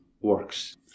works